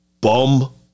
bum